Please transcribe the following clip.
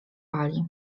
pali